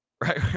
Right